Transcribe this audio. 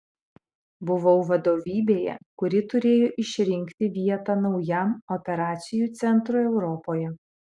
buvau vadovybėje kuri turėjo išrinkti vietą naujam operacijų centrui europoje